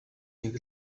нэг